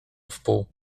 wpół